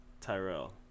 Tyrell